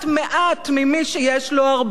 לקחת מעט ממי שיש לו הרבה,